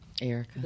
Erica